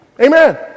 Amen